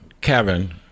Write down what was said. kevin